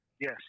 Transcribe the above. Yes